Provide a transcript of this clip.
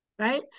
right